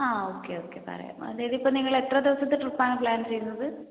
ആ okay okay പറയാം അതായത് ഇപ്പോൾ നിങ്ങളെത്ര ദിവസത്തെ ട്രിപ്പാണ് പ്ലാൻ ചെയ്യുന്നത്